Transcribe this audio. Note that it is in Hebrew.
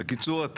בקיצור,